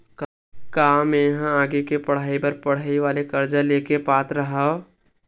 का मेंहा अपन आगे के पढई बर पढई वाले कर्जा ले के पात्र हव?